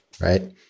right